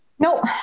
No